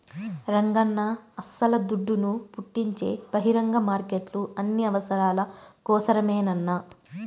రంగన్నా అస్సల దుడ్డును పుట్టించే బహిరంగ మార్కెట్లు అన్ని అవసరాల కోసరమేనన్నా